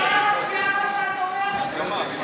סעיפים 12 נתקבלו.